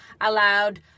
allowed